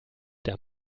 der